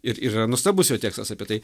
ir yra nuostabus jo tekstas apie tai